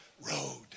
road